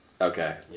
Okay